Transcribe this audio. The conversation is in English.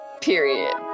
Period